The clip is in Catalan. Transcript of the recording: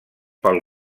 pel